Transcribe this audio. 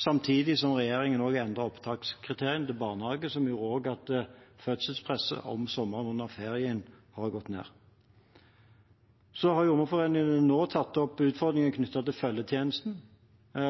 Samtidig endret regjeringen opptakskriteriene til barnehager, som også har gjort at fødselspresset om sommeren, under ferien, har gått ned. Jordmorforeningen har nå tatt opp utfordringene knyttet til følgetjenesten,